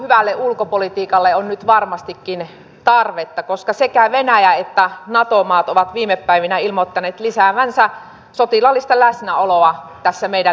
hyvälle ulkopolitiikalle on nyt varmastikin tarvetta koska sekä venäjä että nato maat ovat viime päivinä ilmoittaneet lisäävänsä sotilaallista läsnäoloa tässä meidän lähialueellamme